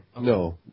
no